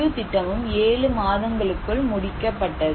முழு திட்டமும் 7 மாதங்களுக்குள் முடிக்கப்பட்டது